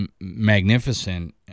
magnificent